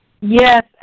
Yes